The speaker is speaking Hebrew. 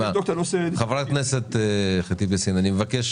חברת הכנסת ח'טיב יאסין, אני מבקש